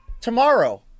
Tomorrow